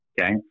okay